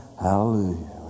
hallelujah